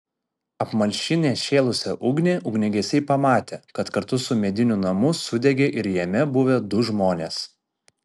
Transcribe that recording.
apmalšinę šėlusią ugnį ugniagesiai pamatė kad kartu su mediniu namu sudegė ir jame buvę du žmonės